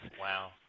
Wow